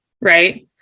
right